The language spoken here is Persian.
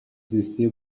زیستی